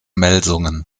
melsungen